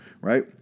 right